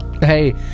Hey